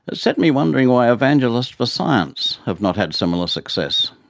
but set me wondering why evangelists for science have not had similar success.